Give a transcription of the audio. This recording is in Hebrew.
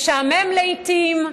משעמם לעיתים,